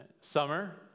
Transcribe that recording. Summer